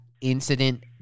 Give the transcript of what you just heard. incident